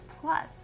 plus